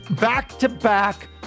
back-to-back